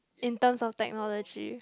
in terms of technology